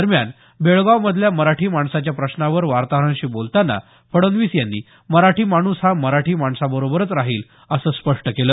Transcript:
दरम्यान बेळगाव मधल्या मराठी माणसाच्या प्रश्नावर वार्ताहरांशी बोलताना फडणवीस यांनी मराठी माणूस हा मराठी माणसाबरोबरच राहील असं स्पष्ट केलं